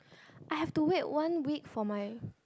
I have to wait one week for my